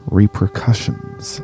repercussions